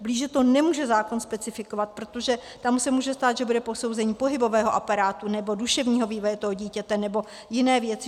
Blíže to nemůže zákon specifikovat, protože tam už se může stát, že bude posouzení pohybového aparátu nebo duševního vývoje toho dítěte nebo jiné věci.